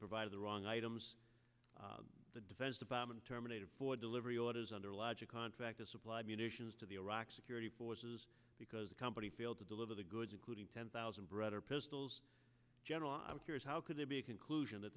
provided the wrong items the defense department terminated for delivery orders under a logic contract to supply munitions to the iraq security forces because the company failed to deliver the goods including ten thousand brother pistols general i'm curious how could there be a conclusion that